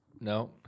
No